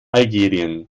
algerien